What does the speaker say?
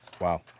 Wow